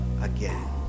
again